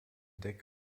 deck